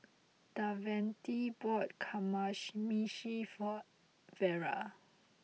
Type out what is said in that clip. Davante bought Kamameshi for Elvera